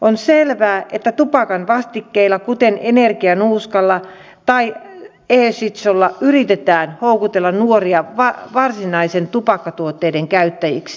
on selvää että tupakan vastikkeilla kuten energianuuskalla tai e shishoilla yritetään houkutella nuoria varsinaisten tupakkatuotteiden käyttäjiksi